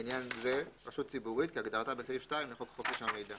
לעניין זה "רשות ציבורית" כהגדרתה בסעיף 2 לחוק חופש המידע.